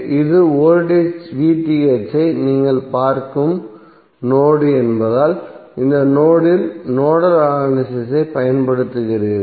இது வோல்டேஜ் ஐ நீங்கள் பார்க்கும் நோட் என்பதால் இந்த நோட் இல் நோடல் அனலிசிஸ் ஐ பயன்படுத்துகிறீர்கள்